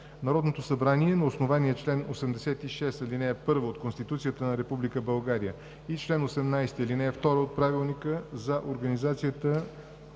„Народното събрание на основание на чл. 86, ал. 1 от Конституцията на Република България и чл. 18, ал. 2 от Правилника за организацията